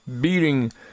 beating